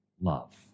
love